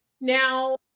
Now